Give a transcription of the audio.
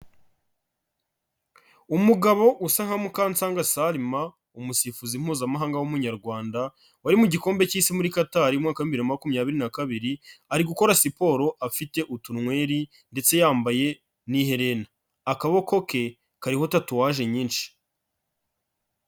Umugabo usa nka Mukansanga Salma, umusifuzi Mpuzamahanga w'Umunyarwanda wari mu gikombe cy'Isi muri Qatar mu waka w'ibihumbi bibiri na makumyabiri na kabiri, ari gukora siporo afite utunweri ndetse yambaye n'iherena, akaboko ke kariho tatuwaje nyinshi.